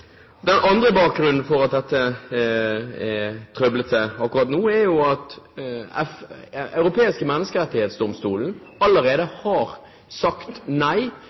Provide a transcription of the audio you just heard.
den saks skyld, gir. En annen bakgrunn for at dette er trøblete akkurat nå, er at Den europeiske menneskerettighetsdomstol allerede har sagt